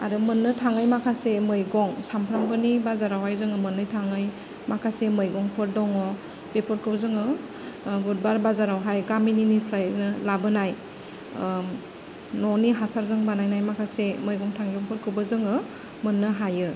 आरो मोननो थाङै माखासे मैगं सामफ्रामबोनि बाजारावहाय जोङो मोननो थाङै माखासे मैगंफोर दङ बेफोरखौ जोङो बुधबार बाजारावहाय गामिनिफ्रायनो लाबोनाय न'नि हासारजों बानायनाय माखासे मैगं थाइगंफोरखौबो जोङो मोननो हायो